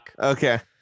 Okay